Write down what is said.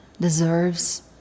deserves